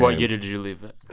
what year did you leave it?